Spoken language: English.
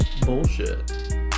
bullshit